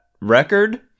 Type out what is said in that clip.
record